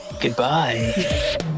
goodbye